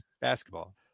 basketball